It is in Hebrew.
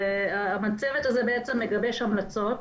הצוות הזה בעצם מגבש המלצות,